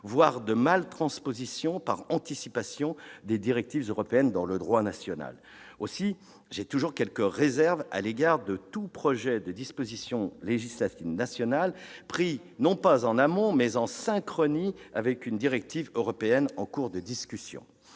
voire de mal-transposition, par anticipation, des directives européennes dans le droit national. Aussi ai-je toujours quelques réserves à l'égard de tout projet de disposition législative nationale mené non pas en amont, mais en synchronie avec une directive européenne en cours de discussion.